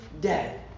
dead